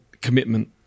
commitment